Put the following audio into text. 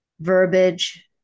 verbiage